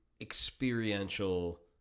experiential